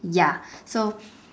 ya so